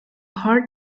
part